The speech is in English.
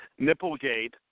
Nipplegate